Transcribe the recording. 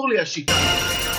הישיבה.